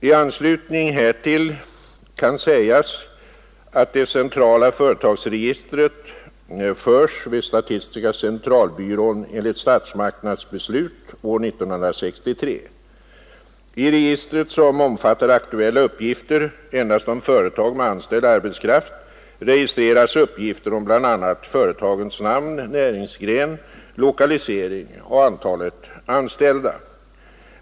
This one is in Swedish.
I anslutning härtill kan sägas att det centrala företagsregistret förs vid statistiska centralbyrån enligt statsmakternas beslut år 1963. I registret, som omfattar aktuella uppgifter endast om företag med anställd arbetskraft, registreras uppgifter om bl.a. företagens namn, näringsgren, lokalisering och antalet anställda.